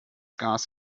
gas